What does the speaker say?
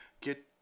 get